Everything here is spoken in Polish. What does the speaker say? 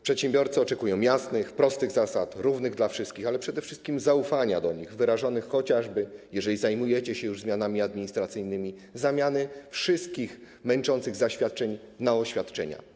Przedsiębiorcy oczekują jasnych, prostych zasad, równych dla wszystkich, ale przede wszystkim zaufania do nich, wyrażonego chociażby, jeżeli zajmujecie się już zmianami administracyjnymi, w zamianach wszystkich męczących zaświadczeń na oświadczenia.